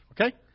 Okay